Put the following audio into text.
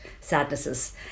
sadnesses